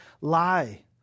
lie